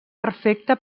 perfecta